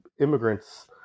immigrants